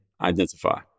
identify